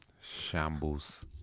Shambles